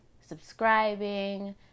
subscribing